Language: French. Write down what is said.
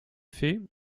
fait